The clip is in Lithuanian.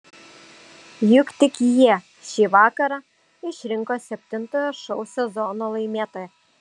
juk tik jie šį vakarą išrinko septintojo šou sezono laimėtoją